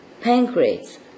pancreas